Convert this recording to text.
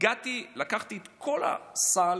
לקחתי את כל הסל